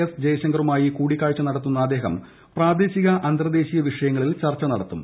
S ജയശങ്കറുമായി കൂടിക്കാഴ്ച നടത്തുന്ന അദ്ദേഹം പ്രാദേശിക അന്തർദ്ദേശീയ വിഷയങ്ങളിൽ ചർച്ച നടത്തും